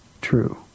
true